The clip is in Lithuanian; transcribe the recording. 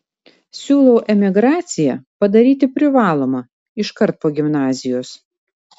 siūlau emigraciją padaryti privalomą iškart po gimnazijos